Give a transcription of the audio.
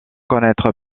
connaître